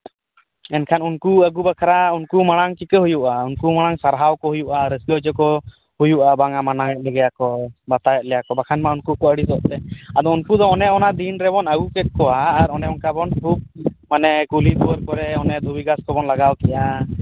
ᱮᱱᱠᱷᱟᱱ ᱩᱱᱠᱩ ᱟᱹᱜᱩ ᱵᱟᱠᱷᱨᱟ ᱩᱱᱠᱩ ᱟᱹᱜᱩ ᱢᱟᱲᱟᱝ ᱪᱤᱠᱟᱹ ᱦᱩᱭᱩᱜᱼᱟ ᱩᱱᱠᱩ ᱢᱟᱲᱟᱝ ᱥᱟᱨᱦᱟᱣ ᱠᱚ ᱦᱩᱭᱩᱜᱼᱟ ᱨᱟᱹᱥᱠᱟᱹ ᱦᱚᱪᱚ ᱠᱚ ᱦᱩᱭᱩᱜᱼᱟ ᱵᱟᱝ ᱜᱮ ᱢᱟᱱᱟᱣᱮᱫ ᱞᱮᱜᱮᱭᱟ ᱠᱚ ᱵᱟᱛᱟᱣᱮᱫ ᱞᱮᱭᱟ ᱠᱚ ᱵᱟᱠᱷᱟᱱᱢᱟ ᱩᱱᱠᱩ ᱠᱚ ᱟᱹᱲᱤᱥᱚᱜ ᱛᱮ ᱱᱩᱠᱩ ᱫᱚ ᱚᱱᱮ ᱱᱟ ᱫᱤᱱ ᱨᱮᱵᱚᱱ ᱟᱹᱜᱩ ᱠᱮᱫ ᱠᱚᱣᱟ ᱟᱨ ᱚᱱ ᱚᱱᱠᱟ ᱵᱚᱱ ᱫᱷᱩᱯ ᱠᱚᱣᱟ ᱢᱟᱱᱮ ᱠᱩᱞᱤ ᱫᱩᱭᱟᱹᱨ ᱠᱚᱨᱮᱫ ᱚᱱᱟ ᱫᱷᱩᱵᱤ ᱜᱷᱟᱸᱥ ᱠᱚᱵᱚᱱ ᱞᱟᱜᱟᱣ ᱠᱮᱫᱼᱟ